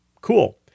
Cool